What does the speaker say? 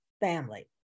family